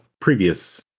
previous